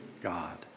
God